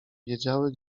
wiedziały